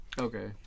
okay